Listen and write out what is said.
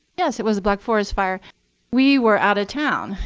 yes, it was the black forest fire we were out of town,